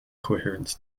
coherence